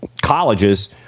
colleges